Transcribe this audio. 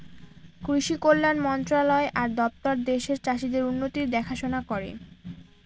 কৃষি কল্যাণ মন্ত্রণালয় আর দপ্তর দেশের চাষীদের উন্নতির দেখাশোনা করে